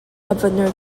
governor